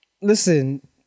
listen